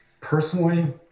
Personally